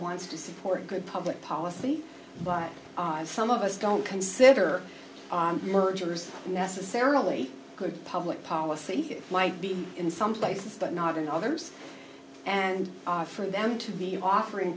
wants to support good public policy by some of us don't consider mergers necessarily good public policy might be in some places but not in others and for them to be offering